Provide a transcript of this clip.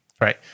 Right